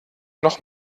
noch